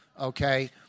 okay